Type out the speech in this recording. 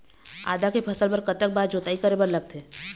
आदा के फसल बर कतक बार जोताई करे बर लगथे?